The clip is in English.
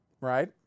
right